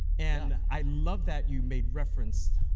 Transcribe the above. and i love that you made reference